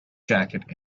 jacket